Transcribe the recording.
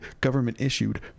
government-issued